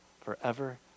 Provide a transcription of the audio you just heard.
forever